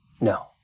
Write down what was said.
No